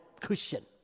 Christian